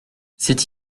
c’est